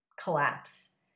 collapse